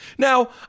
Now